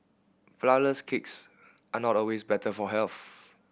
flourless cakes are not always better for health